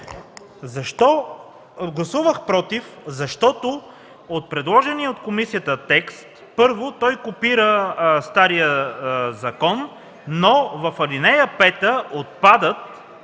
гласувах „против”, защото от предложения от комисията текст, първо, той копира стария закон, но в ал. 5 отпадат